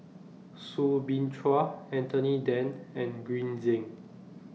Soo Bin Chua Anthony Then and Green Zeng